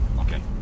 Okay